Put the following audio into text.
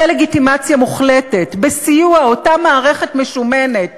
דה-לגיטימציה מוחלטת בסיוע אותה מערכת משומנת